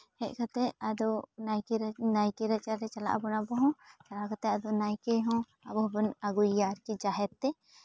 ᱦᱮᱡ ᱠᱟᱛᱮᱜ ᱟᱫᱚ ᱱᱟᱭᱠᱮ ᱱᱟᱭᱠᱮ ᱨᱟᱪᱟᱨᱮ ᱪᱟᱞᱟᱜ ᱟᱵᱚᱱ ᱟᱵᱚᱦᱚᱸ ᱪᱟᱞᱟᱣ ᱠᱟᱛᱮᱜ ᱟᱫᱚ ᱱᱟᱭᱠᱮ ᱦᱚᱸ ᱟᱵᱚ ᱦᱚᱸᱵᱚᱱ ᱟᱹᱜᱩᱭᱮᱭᱟ ᱟᱨᱠᱤ ᱡᱟᱦᱮᱨ ᱛᱮ